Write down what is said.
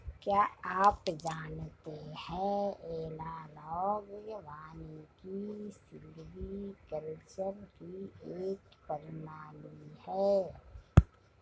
क्या आप जानते है एनालॉग वानिकी सिल्वीकल्चर की एक प्रणाली है